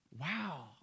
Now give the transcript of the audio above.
wow